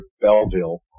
Belleville